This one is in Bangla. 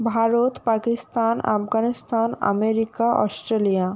Bharat Pakistan Afghanistan America Australia